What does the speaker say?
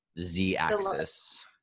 Z-axis